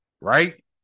right